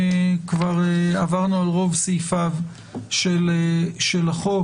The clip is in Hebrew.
עברנו על רוב סעיפיה של הצעת החוק,